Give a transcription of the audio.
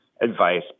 advice